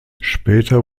später